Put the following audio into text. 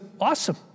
awesome